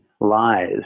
lies